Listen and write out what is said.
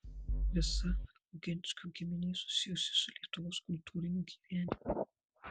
visa oginskių giminė susijusi su lietuvos kultūriniu gyvenimu